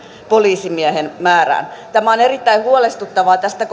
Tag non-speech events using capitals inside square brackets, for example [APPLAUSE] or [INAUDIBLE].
poliisimiehen määrään tämä on erittäin huolestuttavaa tästä [UNINTELLIGIBLE]